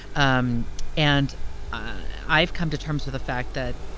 um and i've come to terms with the fact that,